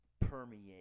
permeate